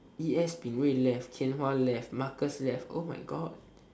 yes Ping-Wei left Tian-Hua left Marcus left oh my god